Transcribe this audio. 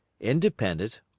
Independent